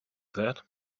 that